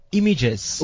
images